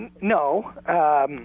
no